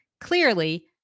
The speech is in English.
clearly